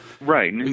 Right